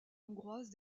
hongroise